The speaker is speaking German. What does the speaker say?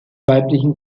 weiblichen